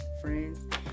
friends